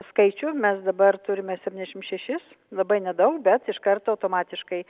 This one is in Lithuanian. skaičių mes dabar turime septyniašim šešis labai nedaug bet iš karto automatiškai